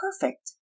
perfect